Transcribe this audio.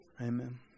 amen